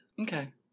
Okay